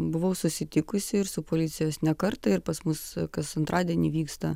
buvau susitikusi ir su policijos ne kartą ir pas mus kas antradienį vyksta